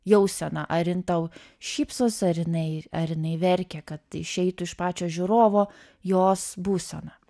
jauseną ar jin tau šypsos ar jinai ar jinai verkia kad išeitų iš pačio žiūrovo jos būsena